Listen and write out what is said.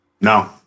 No